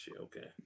Okay